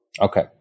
Okay